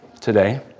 today